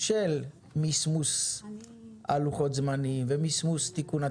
של מסמוס לוחות הזמנים ומסמוס תיקון התקנות.